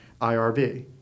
IRB